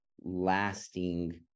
lasting